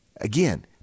Again